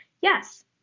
yes